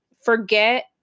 forget